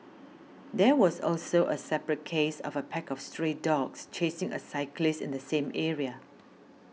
there was also a separate case of a pack of stray dogs chasing a cyclist in the same area